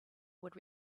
would